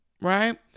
Right